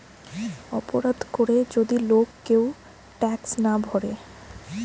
অপরাধ করে যদি লোক কেউ ট্যাক্স না ভোরে